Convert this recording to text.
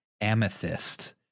amethyst